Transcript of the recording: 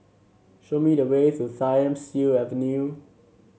show me the way to Thiam Siew Avenue